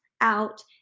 out